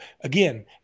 again